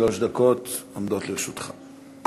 שלוש דקות עומדות לרשותך.